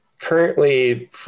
currently